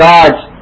God's